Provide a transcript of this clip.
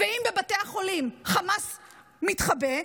ואם בבתי החולים חמאס מתחבא,